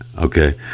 Okay